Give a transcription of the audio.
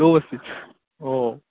অঁ